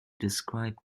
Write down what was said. describe